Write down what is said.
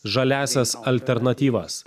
žaliąsias alternatyvas